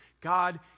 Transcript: God